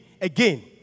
again